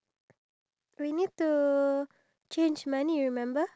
ya but we can show them like photos of it [what] we can like